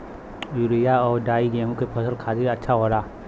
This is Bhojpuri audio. यूरिया आउर डाई गेहूं के फसल खातिर अच्छा होला